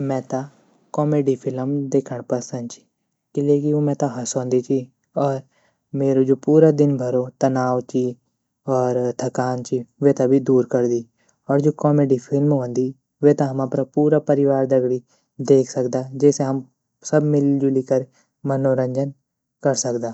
मेता comedy film देखण पसंद ची क़िले की उ मेता हसौंदी ची और मेरा जू पूरा दिनभरो तनाव ची और थकान ची वेता भी दूर करदी और जू कॉमेडी फ़िल्म वन्दी वेता हम अपरा पूरा परिवार दगड़ी देख सकदा जेसे हम सब मिली जुली कर मनोरंजन कर सकदा।